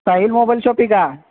Sahil mobile shoppe का